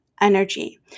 energy